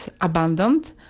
abandoned